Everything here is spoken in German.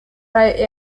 bei